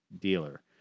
dealer